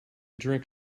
drink